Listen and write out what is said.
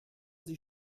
sie